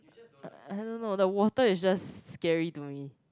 I don't know the water is just scary to me